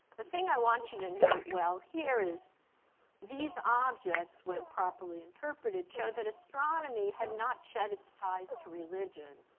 the thing i want you to know well here is these objects, when properly interpreted, show that astronomy had not shed its ties to religion,